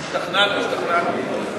השתכנענו, השתכנענו.